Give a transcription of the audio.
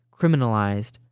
criminalized